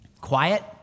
quiet